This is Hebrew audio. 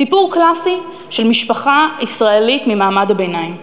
סיפור קלאסי של משפחה ישראלית ממעמד הביניים.